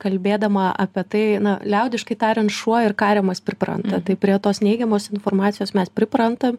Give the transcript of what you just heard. kalbėdama apie tai na liaudiškai tariant šuoir kariamas pripranta tai prie tos neigiamos informacijos mes priprantam